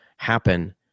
happen